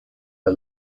for